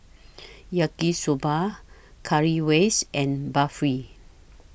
Yaki Soba Currywurst and Barfi